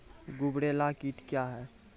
गुबरैला कीट क्या हैं?